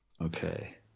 okay